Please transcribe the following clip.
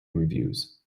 reviews